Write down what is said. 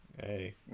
hey